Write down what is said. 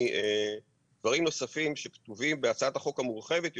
מדברים נוספים שכתובים בהצעת החוק המורחבת יותר,